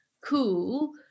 cool